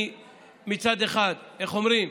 מצד אחד, איך אומרים?